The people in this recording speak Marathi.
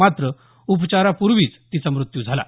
मात्र उपचारापूर्वीच तिचा मृत्यु झाला